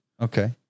Okay